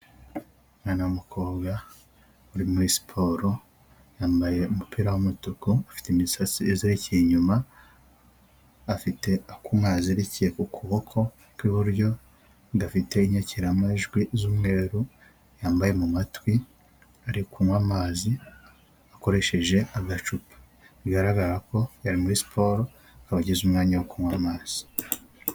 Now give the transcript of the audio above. Umwana w'umukobwa uri muri siporo yambaye umupira w'umutuku ufite imisatsi izirikiye inyuma, afite akuma kazirikiye ku kuboko kw'iburyo gadafite inyakiramajwi z'umweru yambaye mu matwi ari kunywa amazi akoresheje agacupa ,bigaragara ko ari muri siporo ageze umwanya wo kunywa amazi.